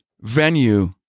venue